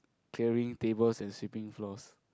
clearing tables and sweeping floors